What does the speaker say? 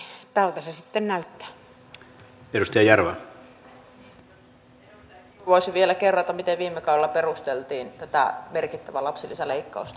edustaja kiuru voisi vielä kerrata miten viime kaudella perusteltiin tätä merkittävää lapsilisäleikkausta